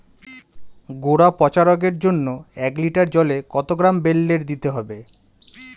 গোড়া পচা রোগের জন্য এক লিটার জলে কত গ্রাম বেল্লের দিতে হবে?